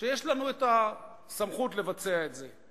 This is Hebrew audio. שיש לנו הסמכות לבצע את זה.